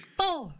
four